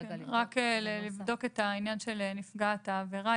כדי לבדוק את עניין נפגעת העבירה,